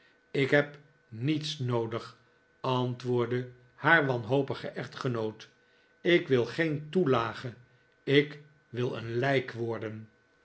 ik heb niets noodig antwoordde haar wanhopige echtgenoot ik wil geen toelage ik wil een lijk worden